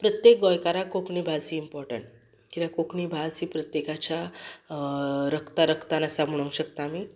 प्रत्येक गोंयकाराक कोंकणी भास ही इमपोर्टंट कित्याक कोंकणी भास ही प्रत्येकाच्या रक्ता रक्तांत आसा म्हणूंक शकता आमी